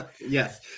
Yes